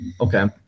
Okay